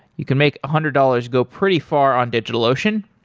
you can make a hundred dollars go pretty far on digitalocean.